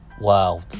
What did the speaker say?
wow